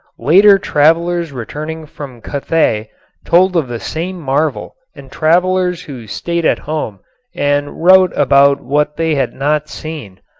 later travelers returning from cathay told of the same marvel and travelers who stayed at home and wrote about what they had not seen,